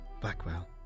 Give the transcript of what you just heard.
Blackwell